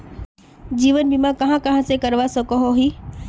जीवन बीमा कहाँ कहाँ से करवा सकोहो ही?